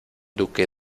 duque